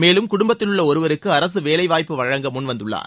மேலும் குடும்பத்திலுள்ள ஒருவருக்கு அரசு வேலைவாய்ப்பு வழங்க முன்வந்துள்ளார்